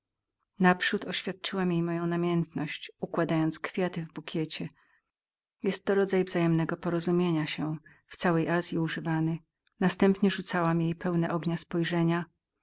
naprzód oświadczyłam jej moją namiętność układając kwiaty w bukiecie jest to rodzaj wzajemnego porozumienia się w całej azyi używany następnie rzucałam jej pełne ognia spojrzenia